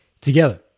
together